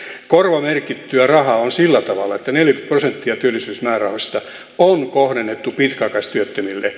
korvamerkittyä rahaa on sillä tavalla että neljäkymmentä prosenttia työllisyysmäärärahoista on kohdennettu pitkäaikaistyöttömille